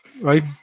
Right